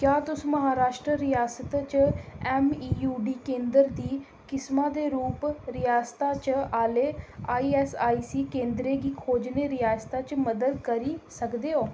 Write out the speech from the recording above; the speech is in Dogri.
क्या तुस महाराश्ट्र रियासता च ऐम्मईयूडी केंदर दी किसमै दे रूप रियासता च आह्ले ईऐस्सआईसी केंदरें गी खोजने रियासता च मदद करी सकदे ओ